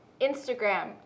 Instagram